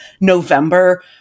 November